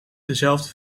dezelfde